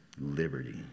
liberty